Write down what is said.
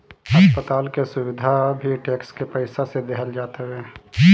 अस्पताल के सुविधा भी टेक्स के पईसा से देहल जात हवे